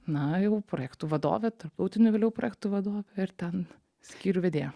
na jau projektų vadove tarptautinių vėliau projektų vadove ir ten skyrių vedėja